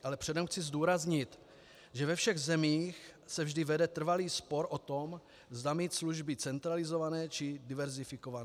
Ale předem chci zdůraznit, že ve všech zemích se vždy vede trvalý spor o to, zda mít služby centralizované, či diverzifikované.